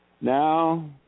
now